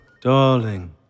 Darling